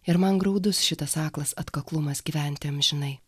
ir man graudus šitas aklas atkaklumas gyventi amžinai